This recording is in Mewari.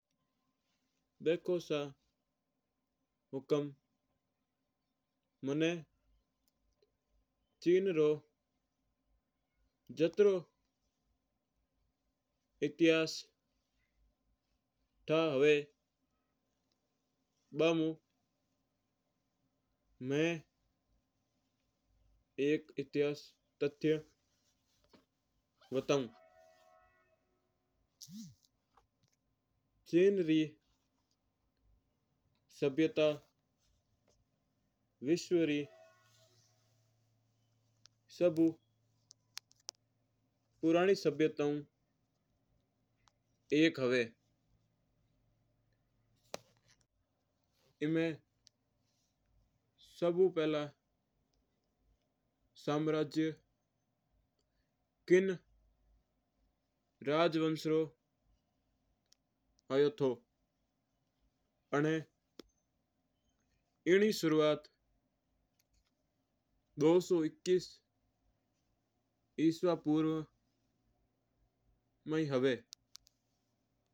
देखो सा हुकम मुणा चिन्रू जातृोयी इतिहास था है बनमू मई एक इतिहास तथ्य बताओ। चिन्र री सभ्यता विश्व री सभि पुरानी सभ्यता म्यू एक है। इनमा सभि पहला साम्राज्य थिन राजवंश रू आयो थो आना एनी शुरुआत दू औ इक्कस एडी मई ही।